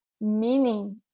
meaning